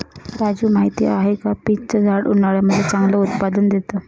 राजू माहिती आहे का? पीच च झाड उन्हाळ्यामध्ये चांगलं उत्पादन देत